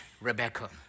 Rebecca